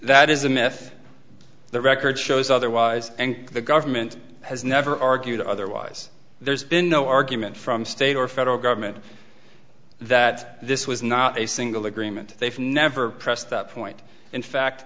that is a myth the record shows otherwise nk the government has never argued otherwise there's been no argument from state or federal government that this was not a single agreement they've never pressed that point in fact